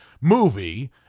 movie